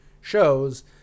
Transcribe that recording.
shows